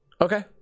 Okay